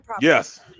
Yes